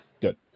Good